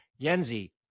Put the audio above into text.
Yenzi